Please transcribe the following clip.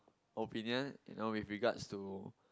opinion no with regards to